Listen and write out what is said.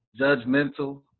judgmental